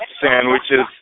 sandwiches